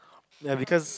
ya because